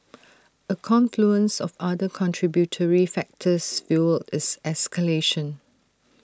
A confluence of other contributory factors fuelled its escalation